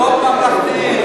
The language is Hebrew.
במוסדות ממלכתיים.